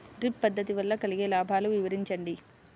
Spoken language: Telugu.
డ్రిప్ పద్దతి వల్ల కలిగే లాభాలు వివరించండి?